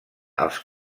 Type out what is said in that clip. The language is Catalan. als